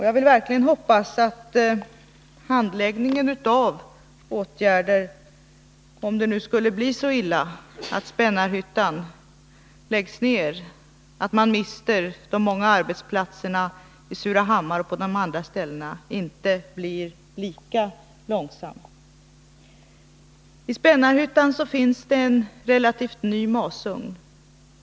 Jag hoppas verkligen att handläggningen i fråga om åtgärder — om det nu skulle bli så illa att Spännarhyttan läggs ned, så att man mister de många arbetsplatserna i Surahammar och på de andra ställena — inte blir lika långsam. I Spännarhyttan finns det en relativt ny masugn.